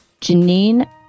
Janine